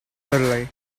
early